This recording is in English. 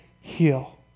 heal